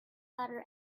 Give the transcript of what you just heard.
butter